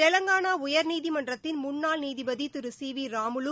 தெலங்கானா உயா்நீதிமனறத்தின் முன்னாள் நீதிபதி திரு சி வி ராமுலு